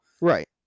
Right